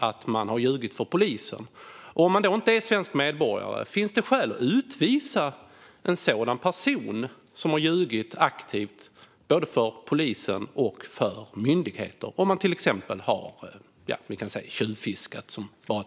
Finns det skäl att utvisa en person som inte är svensk medborgare och som har ljugit aktivt både för polisen och för myndigheterna och som har till exempel tjuvfiskat?